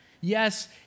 Yes